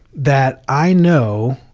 that i know,